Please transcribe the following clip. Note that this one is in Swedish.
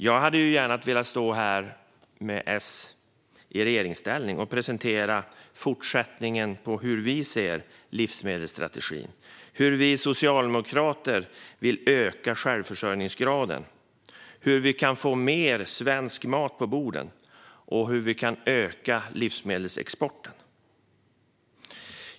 Jag hade gärna velat stå här med S i regeringsställning och presentera fortsättningen på livsmedelsstrategin, hur vi socialdemokrater vill öka självförsörjningsgraden, hur vi kan få mer svensk mat på borden och hur vi kan öka livsmedelsexporten.